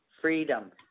FREEDOM